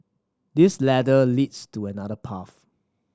this ladder leads to another path